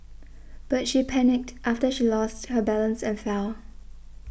but she panicked after she lost her balance and fell